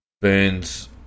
Burns